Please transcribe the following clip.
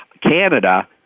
Canada